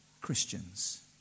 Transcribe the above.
Christians